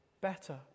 better